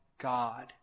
god